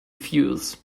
fuels